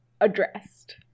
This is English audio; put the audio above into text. addressed